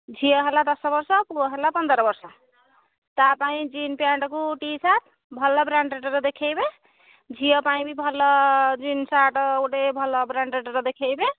ଝିଅ ହେଲା ଦଶ ବର୍ଷ ପୁଅ ହେଲା ପନ୍ଦର ବର୍ଷ ତା ପାଇଁ ଜିନ୍ସ ପ୍ୟାଣ୍ଟ୍କୁ ଟି ସାର୍ଟ୍ ଭଲ ବ୍ରାଣ୍ଡେଡ଼୍ର ଦେଖେଇବେ ଝିଅ ପାଇଁ ବି ଭଲ ଜିନ୍ସ ସାର୍ଟ୍ ଗୋଟେ ଭଲ ବ୍ରାଣ୍ଡେଡ଼୍ର ଦେଖାଇବେ